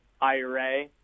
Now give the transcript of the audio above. IRA